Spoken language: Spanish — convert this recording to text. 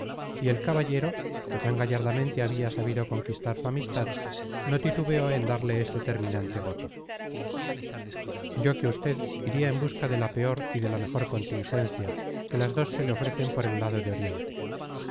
y el caballero que tan gallardamente había sabido conquistar su amistad no titubeó en darle este terminante voto yo que usted iría en busca de la peor y de la mejor contingencia que las dos se le ofrecen por el lado de oriente